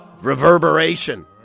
reverberation